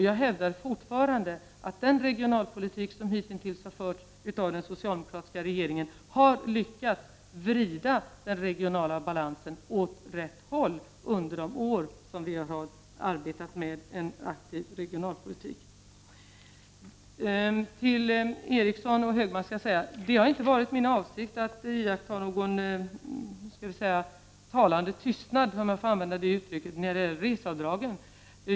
Jag hävdar fortfarande att den regionalpolitik som hitintills har förts av den socialdemokratiska regeringen har lyckats vrida den regionala balansen åt rätt håll under de år som vi har arbetat med en aktiv regionalpolitik. Till Ingvar Eriksson och Anders Högmark skall jag säga att det inte har varit min avsikt att iaktta någon talande tystnad, om jag får använda det uttrycket, när det gäller reseavdragen.